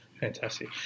fantastic